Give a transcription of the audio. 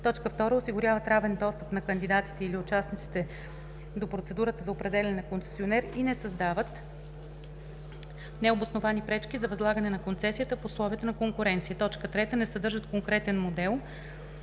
цели; 2. осигуряват равен достъп на кандидатите или участниците до процедурата за определяне на концесионер и да не създават необосновани пречки за възлагането на концесията в условията на конкуренция; 3. не съдържат конкретен модел,